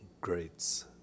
greats